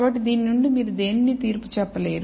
కాబట్టి దీని నుండి మీరు దేనినీ తీర్పు చెప్పలేరు